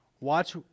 Watch